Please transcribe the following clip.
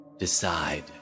Decide